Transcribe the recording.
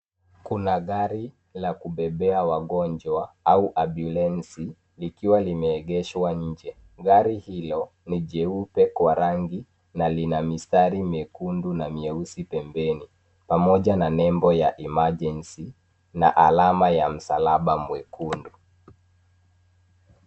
Kuna gari la kubebea wagonjwa au ambulenzi, likiwa limeegeshwa nje. Gari hilo ni jeupe kwa rangi, na lina mistari mwekundu na meusi pembeni, pamoja na nebo ya emergency , na alama ya msalaba mwekundu.